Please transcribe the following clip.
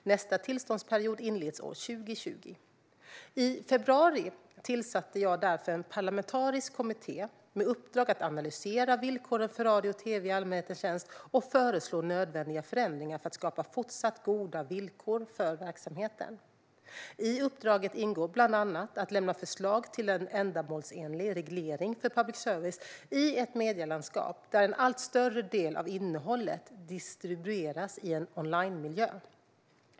Nästa tillståndsperiod inleds år 2020. I februari tillsatte jag därför en parlamentarisk kommitté med uppdrag att analysera villkoren för radio och tv i allmänhetens tjänst och föreslå nödvändiga förändringar för att skapa fortsatt goda villkor för verksamheten. I uppdraget ingår bland annat att lämna förslag till en ändamålsenlig reglering för public service i ett medielandskap där en allt större del av innehållet distribueras i en onlinemiljö.